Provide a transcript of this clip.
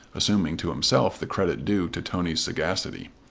assuming to himself the credit due to tony's sagacity.